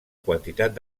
quantitat